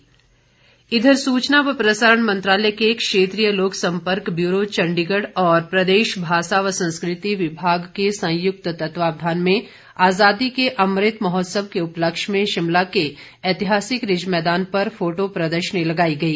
अमृत महोत्सव प्रदेश इधर सूचना व प्रसारण मंत्रालय के क्षेत्रीय लोक संपर्क ब्यूरो चण्डीगढ़ और प्रदेश भाषा व संस्कृति विभाग के संयुक्त तत्वावधान में आज़ादी के अमृत महोत्सव के उपलक्ष्य पर शिमला के ऐतिहासिक रिज मैदान पर फोटो प्रदर्शनी लगाई गई